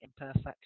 imperfect